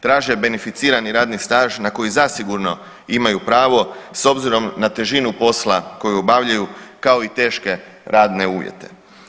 Traže beneficirani radni staž na koji zasigurno imaju pravo s obzirom na težinu posla koju obavljaju kao i teške radne uvjete.